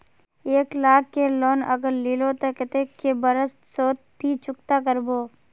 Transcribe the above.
एक लाख केर लोन अगर लिलो ते कतेक कै बरश सोत ती चुकता करबो?